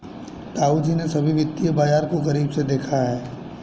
ताऊजी ने सभी वित्तीय बाजार को करीब से देखा है